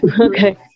Okay